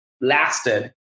lasted